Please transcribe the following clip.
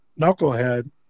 knucklehead